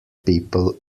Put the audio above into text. people